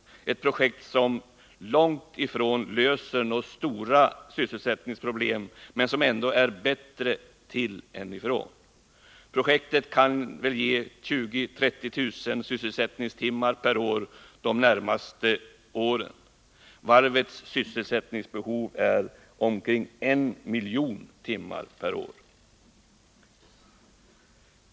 Det är ett projekt som inte på långt när löser några stora sysselsättningsproblem men som ändå är bättre än inget. Projektet kan ge 20 000-30 000 sysselsättningstimmar per år under de närmaste åren. Varvets sysselsättningsbehov ligger på omkring en miljon timmar per år.